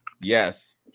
yes